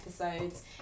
episodes